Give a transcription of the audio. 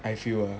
I feel lah